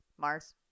Mars